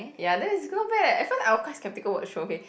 ya then it's not bad leh at first I was quite sceptical to watch the show okay